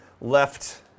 left